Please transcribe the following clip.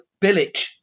Bilic